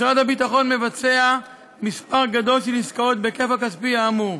משרד הביטחון מבצע מספר גדול של עסקאות בהיקף הכספי האמור.